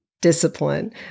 Discipline